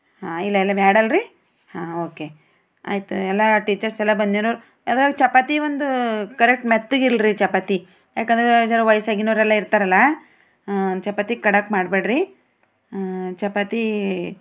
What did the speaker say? ಹಾಂ ಇಲ್ಲ ಇಲ್ಲ ಬ್ಯಾಡಲ್ಲಾ ರಿ ಹಾಂ ಓಕೆ ಆಯ್ತು ಎಲ್ಲ ಟೀಚರ್ಸ್ ಎಲ್ಲ ಬಂದಿರು ಅದ್ರಲ್ಲಿ ಚಪಾತಿ ಒಂದು ಕರೆಕ್ಟ್ ಮೆತ್ತಗೆ ಇರಲಿ ಚಪಾತಿ ಯಾಕಂದ್ರೆ ಜರಾ ವಯಸ್ಸಾಗಿನವರೆಲ್ಲ ಇರ್ತಾರಲ್ಲ ಚಪಾತಿ ಖಡಕ್ ಮಾಡಬ್ಯಾಡ ರಿ ಚಪಾತಿ